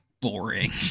boring